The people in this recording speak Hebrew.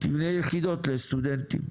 תבנה יחידות לסטודנטים,